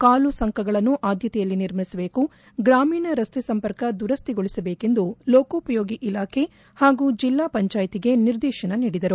ಕಾಲುಸಂಕಗಳನ್ನು ಆದ್ಯತೆಯಲ್ಲಿ ನಿರ್ಮಿಸಬೇಕು ಗ್ರಾಮೀಣ ರಸ್ತೆ ಸಂಪರ್ಕ ದುರಸ್ಹಿಗೊಳಿಸಬೇಕೆಂದು ಲೋಕೋಪಯೋಗಿ ಇಲಾಖೆ ಹಾಗೂ ಜೆಲ್ಲಾ ಪಂಚಾಯತಿಗೆ ನಿರ್ದೇತನ ನೀಡಿದರು